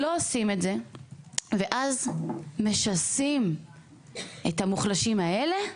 לא עושים את זה ואז משסים את המוחלשים האלה באלה.